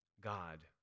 God